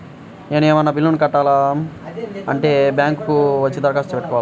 నేను ఏమన్నా బిల్లును కట్టాలి అంటే బ్యాంకు కు వచ్చి దరఖాస్తు పెట్టుకోవాలా?